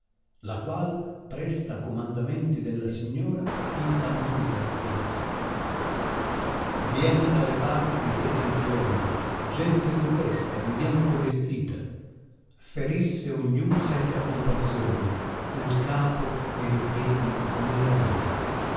la qual presta a comandamenti della signora in tal maniera disse vien da le parti di settentrione gente rubesta di bianco vestita ferisse ogn un senza compassione nel capo ne li piedi e ne la vita